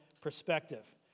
perspective